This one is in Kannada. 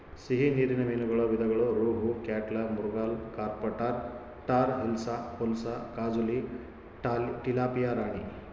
ಸಿಹಿ ನೀರಿನ ಮೀನುಗಳ ವಿಧಗಳು ರೋಹು, ಕ್ಯಾಟ್ಲಾ, ಮೃಗಾಲ್, ಕಾರ್ಪ್ ಟಾರ್, ಟಾರ್ ಹಿಲ್ಸಾ, ಪುಲಸ, ಕಾಜುಲಿ, ಟಿಲಾಪಿಯಾ ರಾಣಿ